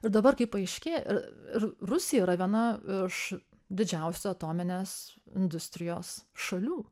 ir dabar kai paaiškėja ir ir rusija yra viena iš didžiausių atominės industrijos šalių